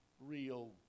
real